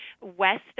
west